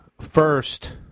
first